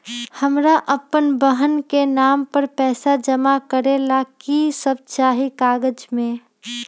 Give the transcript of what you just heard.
हमरा अपन बहन के नाम पर पैसा जमा करे ला कि सब चाहि कागज मे?